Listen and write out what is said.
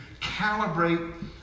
calibrate